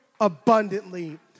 abundantly